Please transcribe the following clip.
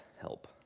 help